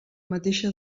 mateixa